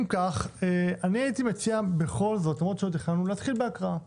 אם כך, נתחיל בהקראה